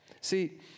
See